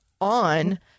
on